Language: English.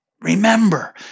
remember